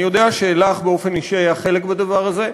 אני יודע שלך באופן אישי היה חלק בדבר הזה,